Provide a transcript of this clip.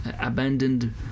abandoned